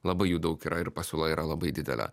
labai jų daug yra ir pasiūla yra labai didelė